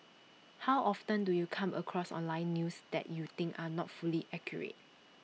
how often do you come across online news that you think are not fully accurate